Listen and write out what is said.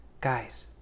guys